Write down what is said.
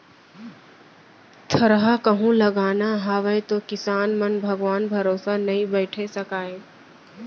थरहा कहूं लगाना हावय तौ किसान मन भगवान भरोसा नइ बइठे सकयँ